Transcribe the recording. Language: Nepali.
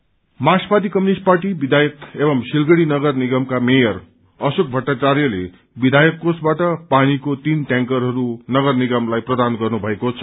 वाटर टयार्क्स मार्क्सवादी कम्युनिष्ट पार्टी विधायक एवं सिलगढ़ी नगर निगमका मेयर अशोक भट्टाचार्यले विधायक कोषबाट पानीको तीन टयांकरहरू नगर निगमलाई प्रदान गर्नुभएको छ